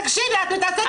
תקשיבי, את מתעסקת בקקה.